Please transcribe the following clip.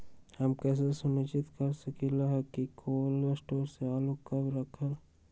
हम कैसे सुनिश्चित कर सकली ह कि कोल शटोर से आलू कब रखब?